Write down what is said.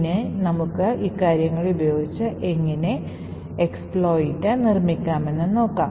ഇനി നമുക്ക് ഇക്കാര്യങ്ങൾ ഉപയോഗിച്ച് എങ്ങിനെ എക്സ്പ്ലോയിറ്റ് നിർമ്മിക്കാമെന്ന് നോക്കാം